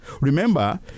Remember